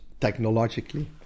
technologically